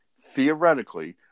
theoretically